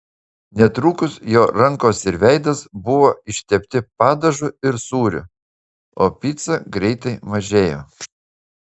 netrukus jo rankos ir veidas buvo ištepti padažu ir sūriu o pica greitai mažėjo